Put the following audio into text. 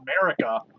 America